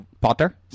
Potter